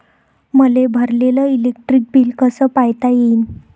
मले भरलेल electric bill कस पायता येईन?